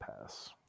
pass